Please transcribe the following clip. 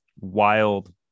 wild